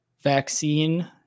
vaccine